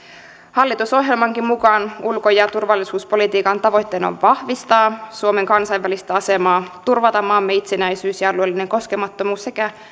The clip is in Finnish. hallitusohjelmankin mukaan ulko ja turvallisuuspolitiikan tavoitteena on vahvistaa suomen kansainvälistä asemaa turvata maamme itsenäisyys ja alueellinen koskemattomuus sekä